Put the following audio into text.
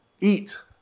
eat